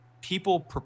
people